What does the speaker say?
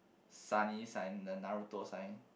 sunny sign the Naruto sign